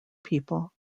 people